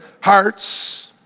hearts